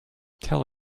tell